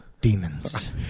Demons